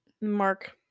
Mark